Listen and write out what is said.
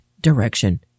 direction